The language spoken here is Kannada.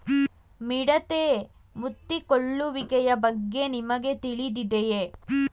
ಮಿಡತೆ ಮುತ್ತಿಕೊಳ್ಳುವಿಕೆಯ ಬಗ್ಗೆ ನಿಮಗೆ ತಿಳಿದಿದೆಯೇ?